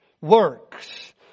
Works